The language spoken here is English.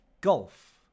golf